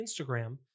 Instagram